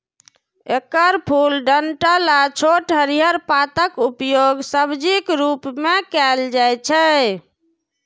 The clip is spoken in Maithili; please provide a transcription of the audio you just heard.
एकर फूल, डंठल आ छोट हरियर पातक उपयोग सब्जीक रूप मे कैल जाइ छै